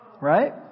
Right